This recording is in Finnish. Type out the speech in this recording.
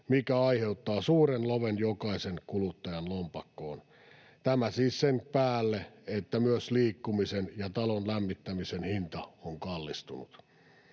mikä aiheuttaa suuren loven jokaisen kuluttajan lompakkoon. Tämä siis sen päälle, että myös liikkumisen ja talon lämmittämisen hinnat ovat kallistuneet.